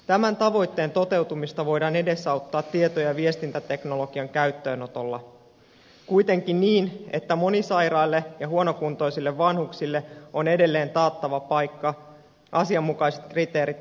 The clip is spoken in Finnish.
tämän tavoitteen toteutumista voidaan edesauttaa tieto ja viestintäteknologian käyttöönotolla kuitenkin niin että monisairaille ja huonokuntoisille vanhuksille on edelleen taattava paikka asianmukaiset kriteerit täyttävässä laitoksessa